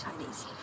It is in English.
Chinese